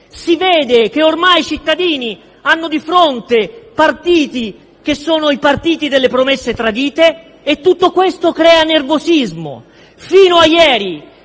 Si vede che ormai i cittadini hanno di fronte partiti delle promesse tradite e tutto questo crea nervosismo. Fino a ieri